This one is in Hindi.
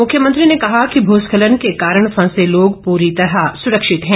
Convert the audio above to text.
मुख्यमंत्री ने कहा कि भूस्खलन के कारण फंसे लोग पूरी तरह सुरक्षित है